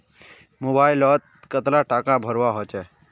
Mobile लोत कतला टाका भरवा होचे?